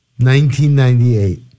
1998